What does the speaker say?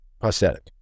prosthetic